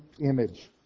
image